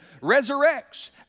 resurrects